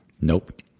Nope